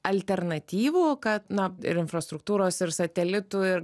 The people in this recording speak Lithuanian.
alternatyvų kad na ir infrastruktūros ir satelitų ir